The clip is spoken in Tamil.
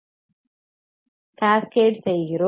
கேஸ் கேட் செய்கிறோம்